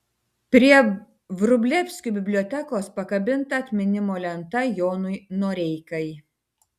prie vrublevskių bibliotekos pakabinta atminimo lenta jonui noreikai